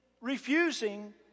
refusing